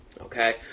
Okay